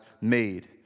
made